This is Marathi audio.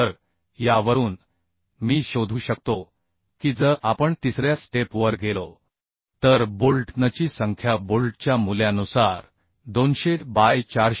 तर यावरून मी शोधू शकतो की जर आपण तिसऱ्या स्टेप वर गेलो तर बोल्ट nची संख्या बोल्टच्या मूल्यानुसार 200 बाय 453